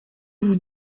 vous